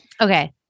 Okay